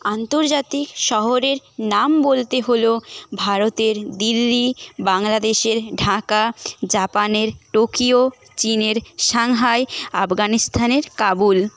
আন্তর্জাতিক শহরের নাম বলতে হলো ভারতের দিল্লি বাংলাদেশের ঢাকা জাপানের টোকিও চিনের সাংহাই আফগানিস্থানের কাবুল